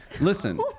Listen